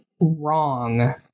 wrong